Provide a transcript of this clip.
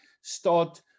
start